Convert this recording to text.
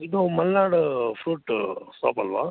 ಇದು Malnad fruit shop ಅಲ್ವಾ